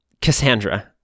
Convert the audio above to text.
Cassandra